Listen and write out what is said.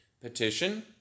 petition